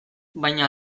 baina